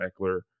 Eckler